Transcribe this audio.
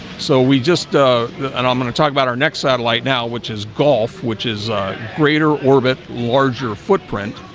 so we just and i'm going to talk about our next satellite now which is golf which is greater orbit larger footprint?